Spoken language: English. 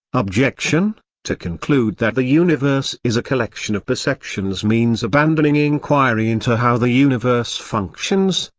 objection to conclude that the universe is a collection of perceptions means abandoning enquiry into how the universe functions,